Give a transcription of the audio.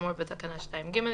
כאמור בתקנה 2(ג),